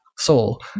soul